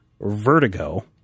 vertigo